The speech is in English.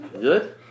Good